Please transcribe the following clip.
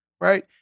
Right